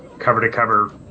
cover-to-cover